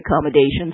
accommodations